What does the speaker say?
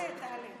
תעלה, תעלה.